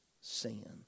sin